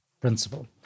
principle